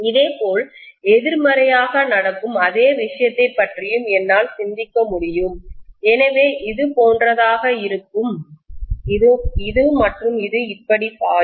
இதேபோல் எதிர்மறையாக நடக்கும் அதே விஷயத்தைப் பற்றியும் என்னால் சிந்திக்க முடியும் எனவே இது போன்றதாக இருக்கும் இது மற்றும் இது இப்படி பாயும்